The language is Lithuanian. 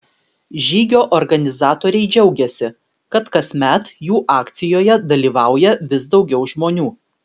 žygio organizatoriai džiaugiasi kad kasmet jų akcijoje dalyvauja vis daugiau žmonių